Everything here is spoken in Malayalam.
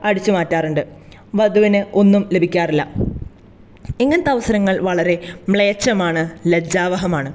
അടിച്ചു മാറ്റാറുണ്ട് വധുവിന് ഒന്നും ലഭിക്കാറില്ല ഇങ്ങനത്തെ അവസരങ്ങൾ വളരെ മ്ലേച്ഛമാണ് ലജ്ജാവഹമാണ്